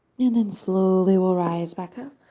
and and slowly we'll rise back up